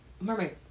mermaids